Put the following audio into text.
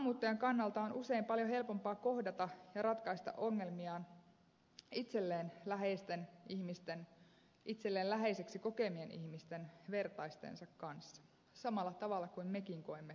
maahanmuuttajan kannalta on usein paljon helpompaa kohdata ja ratkaista ongelmiaan itselleen läheisiksi kokemiensa ihmisten vertaistensa kanssa samalla tavalla kuin mekin koemme toisemme läheisiksi